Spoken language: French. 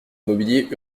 mobilier